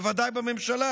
בוודאי בממשלה?